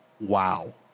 Wow